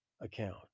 account